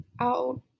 out